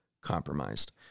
compromised